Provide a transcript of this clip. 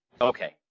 Okay